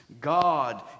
God